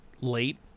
late